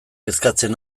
kezkatzen